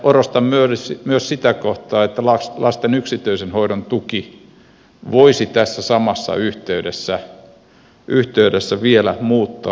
korostan myös sitä kohtaa että lasten yksityisen hoidon tukea voisi tässä samassa yhteydessä vielä muuttaa ja kehittää